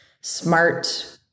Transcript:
smart